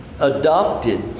adopted